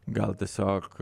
gal tiesiog